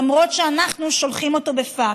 למרות שאנחנו שולחים אותן בפקס.